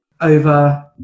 over